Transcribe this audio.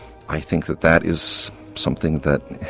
i think that that is something that,